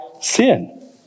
sin